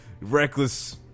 reckless